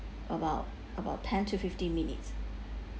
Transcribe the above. about about ten to fifteen minutes